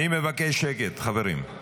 אני מבקש שקט, חברים.